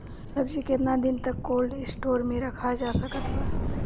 सब्जी केतना दिन तक कोल्ड स्टोर मे रखल जा सकत बा?